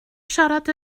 siarad